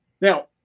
now